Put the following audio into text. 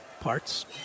parts